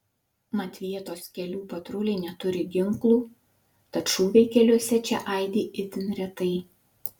mat vietos kelių patruliai neturi ginklų tad šūviai keliuose čia aidi itin retai